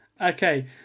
Okay